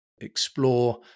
explore